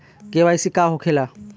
KYC का होखेला?